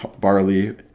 barley